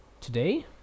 Today